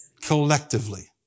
Collectively